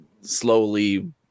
slowly